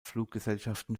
fluggesellschaften